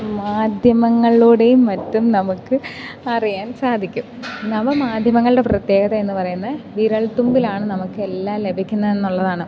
മാധ്യമങ്ങളിലൂടെയും മറ്റും നമുക്ക് അറിയാൻ സാധിക്കും നവമാധ്യമങ്ങളുടെ പ്രത്യേകത എന്നു പറയുന്നത് വിരൽത്തുമ്പിലാണ് നമുക്കെല്ലാം ലഭിക്കുന്നത് എന്നുള്ളതാണ്